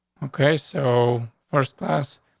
okay, so first class,